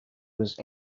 was